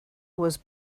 was